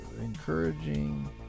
encouraging